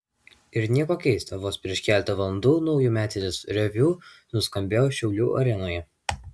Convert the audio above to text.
ir nieko keista vos prieš keletą valandų naujametinis reviu nuskambėjo šiaulių arenoje